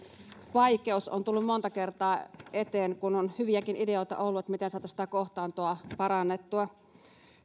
vaikeus on tullut monta kertaa eteen kun on hyviäkin ideoita ollut miten saataisiin tätä kohtaantoa parannettua